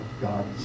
God's